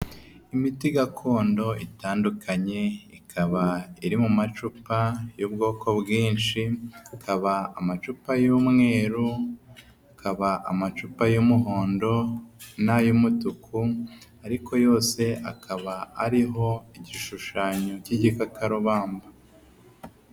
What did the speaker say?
Imiti gakondo itandukanye, ikaba iri mu macupa y'ubwoko bwinshi, hakaba amacupa y'umweru, kaba amacupa y'umuhondo n'ay'umutuku ariko yose akaba ariho igishushanyo cy'igikakarubamba.